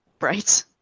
Right